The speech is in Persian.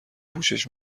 پوشش